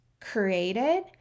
created